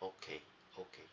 okay okay